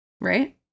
Right